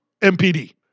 MPD